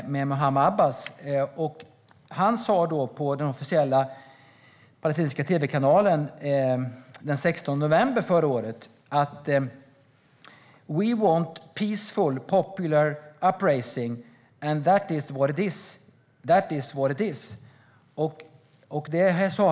Den 16 november förra året sa han följande i den officiella palestinska tv-kanalen: "We want peaceful popular uprising, and that's what this is. That's what this is."